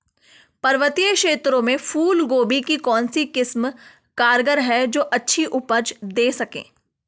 पर्वतीय क्षेत्रों में फूल गोभी की कौन सी किस्म कारगर है जो अच्छी उपज दें सके?